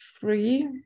free